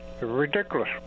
ridiculous